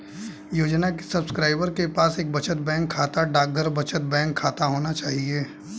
योजना के सब्सक्राइबर के पास एक बचत बैंक खाता, डाकघर बचत बैंक खाता होना चाहिए